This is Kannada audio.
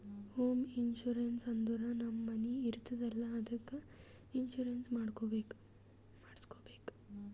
ಹೋಂ ಇನ್ಸೂರೆನ್ಸ್ ಅಂದುರ್ ನಮ್ ಮನಿ ಇರ್ತುದ್ ಅಲ್ಲಾ ಅದ್ದುಕ್ ಇನ್ಸೂರೆನ್ಸ್ ಮಾಡುಸ್ಬೇಕ್